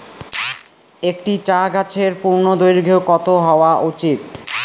একটি চা গাছের পূর্ণদৈর্ঘ্য কত হওয়া উচিৎ?